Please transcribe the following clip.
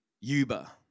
yuba